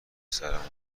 سرمون